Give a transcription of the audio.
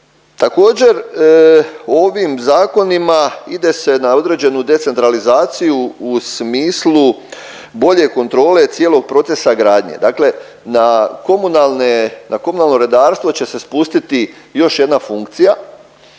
Također ovim zakonima ide se na određenu decentralizaciju u smislu bolje kontrole cijelog procesa gradnje. Dakle na komunalne, na komunalno redarstvo će se spustiti još jedna funkcija.